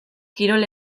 kirol